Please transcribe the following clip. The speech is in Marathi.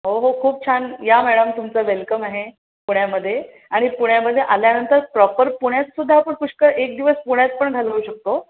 हो हो खूप छान या मॅडम तुमचं वेलकम आहे पुण्यामध्ये आणि पुण्यामध्ये आल्यानंतर प्रॉपर पुण्यात सुद्धा आपण पुष्कळ एक दिवस पुण्यात पण घालवू शकतो